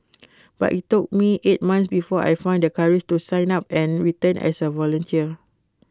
but IT took me eight months before I found the courage to sign up and return as A volunteer